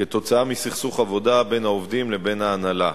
כתוצאה מסכסוך עבודה בין העובדים לבין ההנהלה.